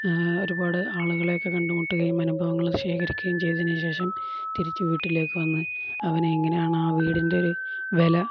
ഒരുപാട് ആളുകളെയൊക്കെ കണ്ടു മുട്ടുകയും അനുഭവങ്ങള് ശേഖരിക്കുകയും ചെയ്തതിനുശേഷം തിരിച്ചു വീട്ടിലേക്കു വന്ന് അവനെങ്ങനെയാണ് ആ വീടിൻ്റെ ഒരു വില